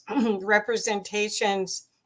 representations